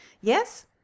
Yes